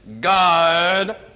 God